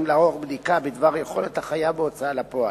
לערוך בדיקה בדבר יכולת החייב בהוצאה לפועל.